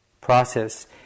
process